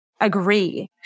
agree